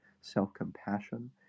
self-compassion